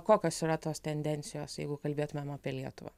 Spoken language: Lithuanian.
kokios yra tos tendencijos jeigu kalbėtumėm apie lietuvą